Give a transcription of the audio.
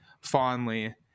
fondly